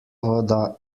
voda